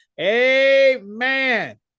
amen